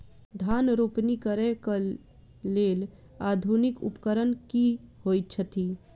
धान रोपनी करै कऽ लेल आधुनिक उपकरण की होइ छथि?